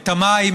את המים,